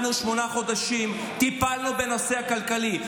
אנחנו שמונה חודשים טיפלנו בנושא הכלכלי.